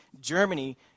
Germany